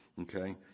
okay